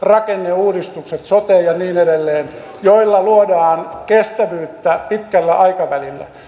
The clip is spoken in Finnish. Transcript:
rakenneuudistukset sote ja niin edelleen joilla luodaan kestävyyttä pitkällä aikavälillä